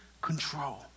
control